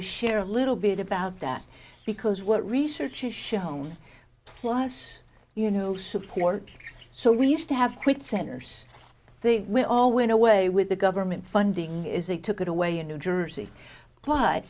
is share a little bit about that because what research has shown plus you know support so we used to have quit centers i think we all went away with the government funding is it took it away in new jersey